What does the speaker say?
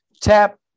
tap